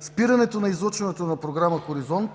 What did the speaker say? спирането на излъчването на програма „Хоризонт“